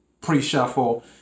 pre-shuffle